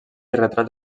retrats